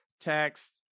text